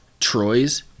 Troys